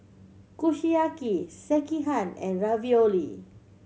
Kushiyaki Sekihan and Ravioli